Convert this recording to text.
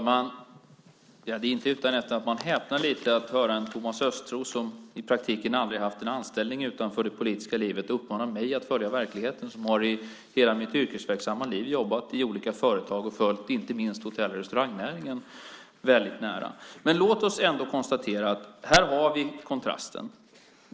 Fru talman! Det är inte utan att man häpnar lite över att höra en Thomas Östros som i praktiken aldrig har haft en anställning utanför det politiska livet uppmana mig att följa verkligheten. Jag har i hela mitt yrkesverksamma liv jobbat i olika företag och inte minst följt hotell och restaurangnäringen nära. Låt oss ändå konstatera att här har vi kontrasten.